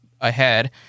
ahead